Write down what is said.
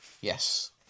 Yes